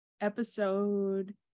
episode